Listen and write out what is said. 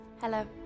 Hello